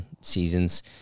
seasons